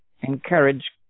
encourage